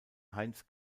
heinz